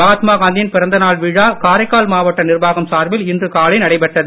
மகாத்மா காந்தியின் பிறந்த நாள் விழா காரைக்கால் மாவட்ட நிர்வாகம் சார்பில் இன்று காலை நடைபெற்றது